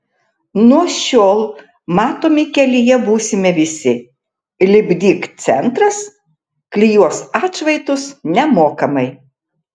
nuo šiol matomi kelyje būsime visi lipdyk centras klijuos atšvaitus nemokamai